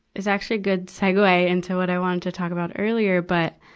is actually a good segue into what i wanted to talk about earlier. but,